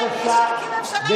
אני יוצאת.